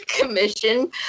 commission